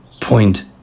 point